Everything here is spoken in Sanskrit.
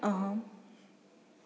अहम्